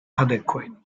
adequate